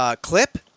clip